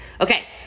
Okay